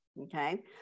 Okay